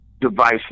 device